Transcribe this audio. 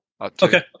Okay